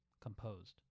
composed